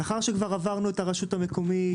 לאחר שכבר עברנו את הרשות המקומית,